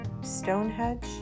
Stonehenge